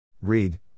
Read